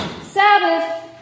Sabbath